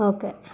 okay